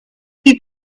die